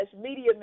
media